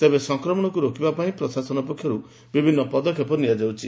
ତେବ ସଂକ୍ରମଣକୁ ରୋକିବା ପାଇଁ ପ୍ରଶାସନ ପକ୍ଷରୁ ବିଭିନ୍ନ ପଦକ୍ଷେପ ଗ୍ରହଣ କରାଯାଇଛି